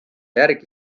järgi